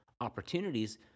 opportunities